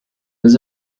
was